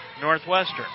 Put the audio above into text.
Northwestern